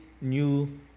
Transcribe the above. new